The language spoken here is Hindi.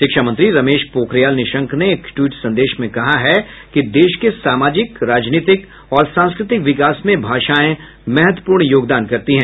शिक्षा मंत्री रमेश पोखरियाल निशंक ने एक ट्वीट संदेश में कहा है कि देश के सामाजिक राजनीतिक और सांस्कृतिक विकास में भाषाएं महत्वपूर्ण योगदान करती हैं